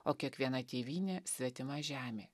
o kiekviena tėvynė svetima žemė